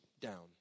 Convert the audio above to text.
down